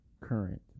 current